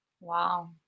Wow